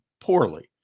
poorly